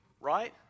Right